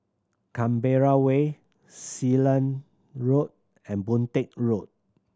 Canberra Way Sealand Road and Boon Teck Road